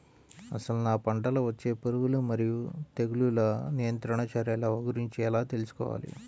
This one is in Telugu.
అసలు నా పంటలో వచ్చే పురుగులు మరియు తెగులుల నియంత్రణ చర్యల గురించి ఎలా తెలుసుకోవాలి?